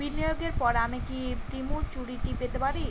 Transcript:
বিনিয়োগের পর আমি কি প্রিম্যচুরিটি পেতে পারি?